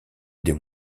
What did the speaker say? des